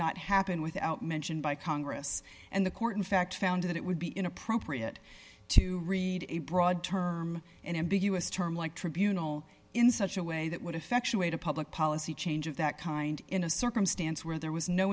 not happen without mention by congress and the court in fact found that it would be inappropriate to read a broad term an ambiguous term like tribunal in such a way that would affection way to public policy change of that kind in a circumstance where there was no